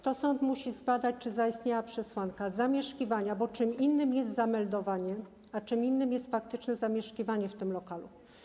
To sąd musi zbadać, czy zaistniała przesłanka zamieszkiwania, bo czym innym jest zameldowanie, a czym innym jest faktyczne zamieszkiwanie w tym lokalu.